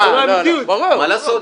מה לעשות?